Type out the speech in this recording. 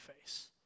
face